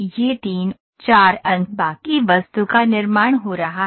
यह 3 4 अंक बाकी वस्तु का निर्माण हो रहा है